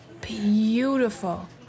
Beautiful